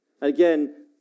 Again